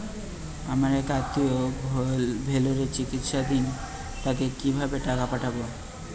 আমার এক আত্মীয় ভেলোরে চিকিৎসাধীন তাকে কি ভাবে টাকা পাঠাবো?